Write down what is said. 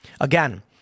Again